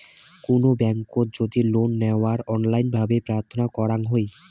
কুনো ব্যাংকোত যদি লোন নেওয়ার অনলাইন ভাবে প্রার্থনা করাঙ হই